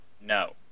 No